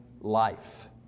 life